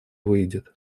выйдет